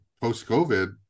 post-covid